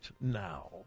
now